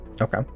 Okay